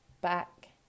back